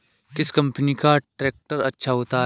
किस कंपनी का ट्रैक्टर अच्छा होता है?